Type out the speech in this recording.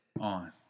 on